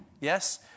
Yes